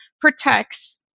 protects